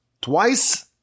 twice